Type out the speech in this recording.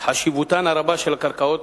חשיבותן הרבה של הקרקעות